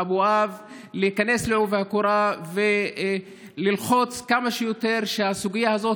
אבואב להיכנס בעובי הקורה וללחוץ כמה שיותר שהסוגיה הזאת